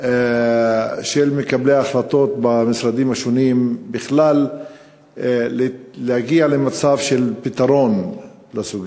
של מקבלי ההחלטות במשרדים השונים בכלל להגיע למצב של פתרון לה.